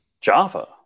Java